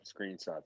screenshots